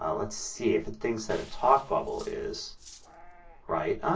ah let's see if it thinks that a talk bubble is right.